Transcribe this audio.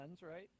right